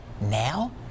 Now